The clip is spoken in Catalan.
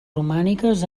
romàniques